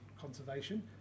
conservation